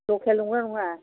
लकेल नंगौना नङा